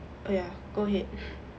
oh ya go ahead